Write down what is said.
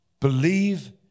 believe